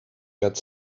got